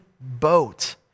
boat